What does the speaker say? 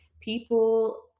People